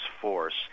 force